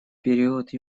период